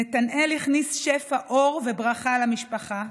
נתנאל הכניס שפע אור וברכה למשפחה,